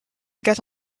get